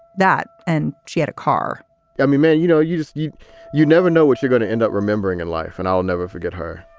that and she had a car yeah you you know, you just you you never know what you're going to end up remembering in life. and i'll never forget her